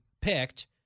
picked—